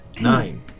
Nine